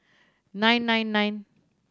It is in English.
nine nine nine